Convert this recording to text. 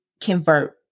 convert